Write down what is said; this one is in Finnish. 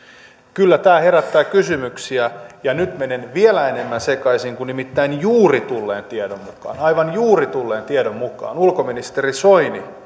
kyllä tämä herättää kysymyksiä ja nyt menen vielä enemmän sekaisin kun nimittäin juuri tulleen tiedon mukaan aivan juuri tulleen tiedon mukaan ulkoministeri